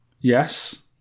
Yes